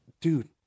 dude